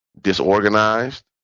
disorganized